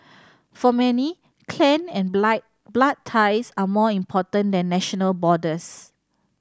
for many clan and blood ties are more important than national borders